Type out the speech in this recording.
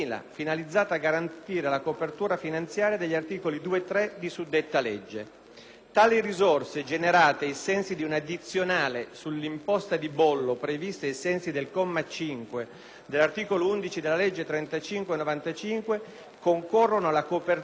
Tali risorse, generate ai sensi di un'addizionale sull'imposta di bollo, prevista ai sensi del comma 5 dell'articolo 11 della legge n. 35 del 1995, concorrono alla copertura degli oneri di tale legge e sue successive modificazioni e integrazioni,